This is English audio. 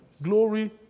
glory